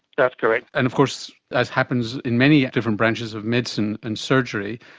that's correct. and of course, as happens in many different branches of medicine and surgery,